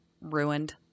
ruined